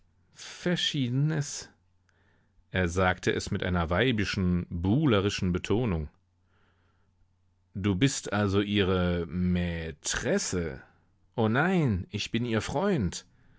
verschiedenes er sagte es mit einer weibischen buhlerischen betonung du bist also ihre mai tresse o nein ich bin ihr freund